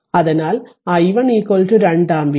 അതിനാൽ i1 2 ampere